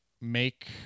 make